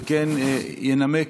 על כן, ינמק